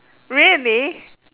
really